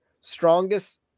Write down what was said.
Strongest